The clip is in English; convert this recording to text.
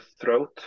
throat